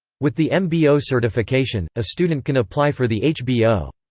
with the mbo certification, a student can apply for the hbo.